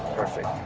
perfect.